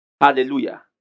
Hallelujah